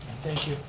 thank you.